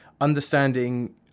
understanding